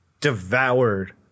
devoured